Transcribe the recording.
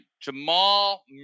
Jamal